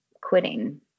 quitting